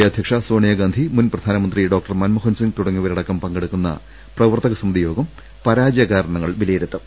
A അധ്യക്ഷ സോണിയാഗാന്ധി മുൻ പ്രധാനമന്ത്രി ഡോക്ടർ മൻമോ ഹൻ സിംഗ് തുടങ്ങിയവരടക്കം പങ്കെടുക്കുന്ന പ്രവർത്തക സമിതി യോഗം പരാജയ കാരണങ്ങൾ വിലയിരുത്തും